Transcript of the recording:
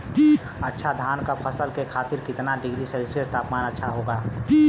अच्छा धान क फसल के खातीर कितना डिग्री सेल्सीयस तापमान अच्छा होला?